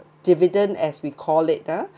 dividend as we called it uh